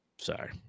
Sorry